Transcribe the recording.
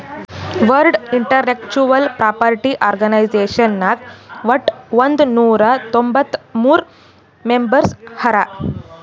world intellectual property organisation ನಾಗ್ ವಟ್ ಒಂದ್ ನೊರಾ ತೊಂಬತ್ತ ಮೂರ್ ಮೆಂಬರ್ಸ್ ಹರಾ